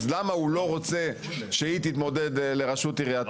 למה הוא לא רוצה שהיא תתמודד לראשות עיריית טבריה.